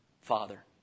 Father